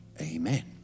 Amen